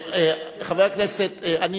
חבר הכנסת חנין,